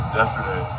yesterday